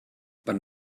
wann